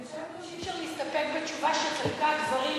אני גם חושבת שאי-אפשר להסתפק בתשובה שחלקה דברים